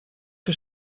que